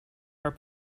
are